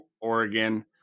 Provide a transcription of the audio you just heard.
Oregon